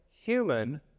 human